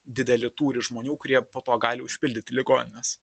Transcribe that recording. didelį tūrį žmonių kurie po to gali užpildyti ligonines